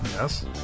Yes